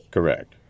Correct